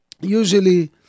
usually